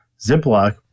Ziploc